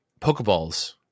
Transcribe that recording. Pokeballs